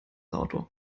auto